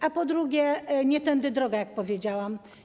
A po drugie, nie tędy droga, jak powiedziałam.